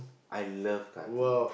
I love cartoon